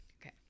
okay